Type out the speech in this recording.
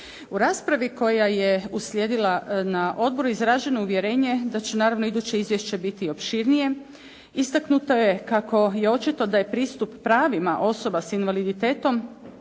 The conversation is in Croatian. U raspravi koja je uslijedila na odboru izraženo je uvjerenje da će naravno iduće izvješće biti opširnije. Istaknuto je kako je očito da je pristup pravima osoba s invaliditetom